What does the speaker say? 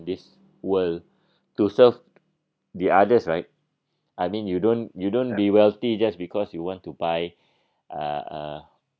this world to serve the others right I mean you don't you don't be wealthy just because you want to buy a a